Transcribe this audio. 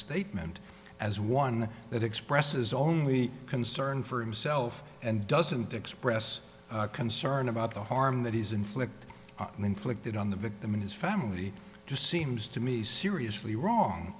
statement as one that expresses only concern for himself and doesn't express concern about the harm that is inflicted inflicted on the victim and his family just seems to me seriously wrong